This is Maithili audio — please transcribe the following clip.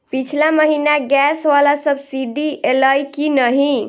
पिछला महीना गैस वला सब्सिडी ऐलई की नहि?